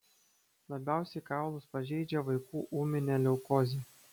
labiausiai kaulus pažeidžia vaikų ūminė leukozė